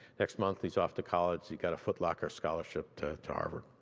next month he's off to college, he got a foot locker scholarship to to harvard.